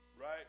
right